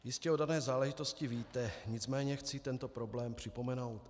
Jistě o dané záležitosti víte, nicméně chci tento problém připomenout.